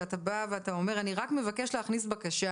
אתה בא שם ואתה אומר "..אני רק מבקש להכניס בקשה,